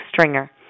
Stringer